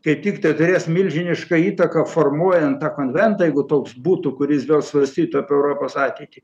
kaip tik tai turės milžinišką įtaką formuojant tą konventą jeigu toks būtų kuris vėl svarstytų apie europos ateitį